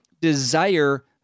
desire